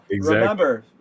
remember